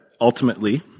ultimately